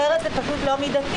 אחרת זה פשוט לא מידתי.